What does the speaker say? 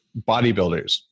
bodybuilders